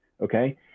Okay